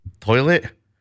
toilet